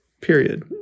period